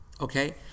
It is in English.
okay